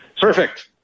Perfect